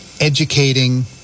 educating